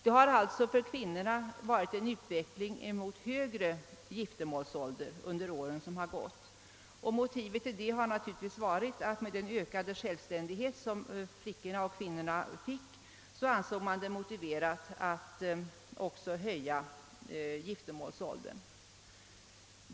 Det har alltså för kvinnorna varit en utveckling mot högre giftermålsålder under år som gått, och motivet till det var naturligtvis att man med den ökade självständighet som =<flickorna och kvinnorna fick ansåg det motiverat att också höja giftermålsåldern.